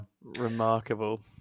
Remarkable